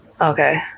Okay